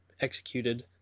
executed